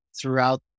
throughout